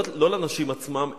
לא לנשים עצמן,